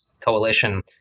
coalition